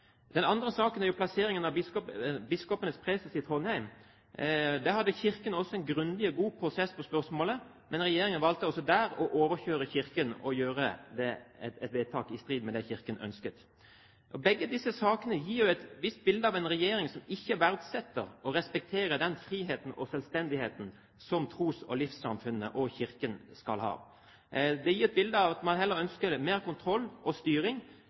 Den andre saken er plasseringen av biskopenes preses i Trondheim. Der hadde Kirken en grundig og god prosess om spørsmålet, men regjeringen valgte også der å overkjøre Kirken og gjøre et vedtak i strid med det Kirken ønsket. Begge disse sakene gir et visst bilde av en regjering som ikke verdsetter og respekterer den friheten og selvstendigheten som tros- og livssynssamfunnene – og Kirken – skal ha. Det gir et bilde av at man heller ønsker mer kontroll og styring,